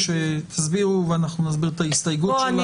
תסבירו ואנחנו נסביר את ההסתייגות שלנו.